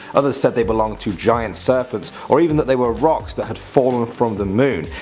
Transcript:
others said they belonged to giant serpants or even that they were rocks that had fallen from the moon.